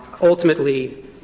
ultimately